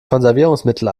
konservierungsmittel